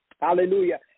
Hallelujah